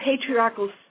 patriarchal